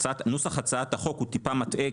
נוסח הצעת החוק טיפה מטעה,